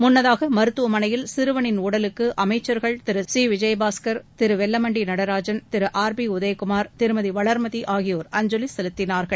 முன்னதாக மருத்துவமனையில் சிறுவளின் உடலுக்கு அமைச்சர்கள் திரு சி விஜயபாஸ்கர் திரு வெல்லமண்டி நடராஜன் திரு ஆர் பி உதயகுமார் திருமதி வளர்மதி ஆகியோர் அஞ்சவி செலுத்தினார்கள்